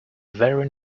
very